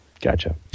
Gotcha